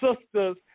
sisters